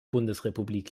bundesrepublik